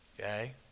Okay